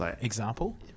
Example